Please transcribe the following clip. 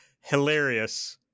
hilarious